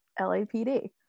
LAPD